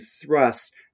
thrust